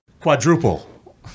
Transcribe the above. quadruple